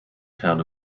town